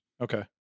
Okay